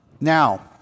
Now